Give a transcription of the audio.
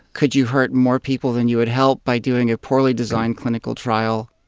could you hurt more people than you would help by doing a poorly designed clinical trial?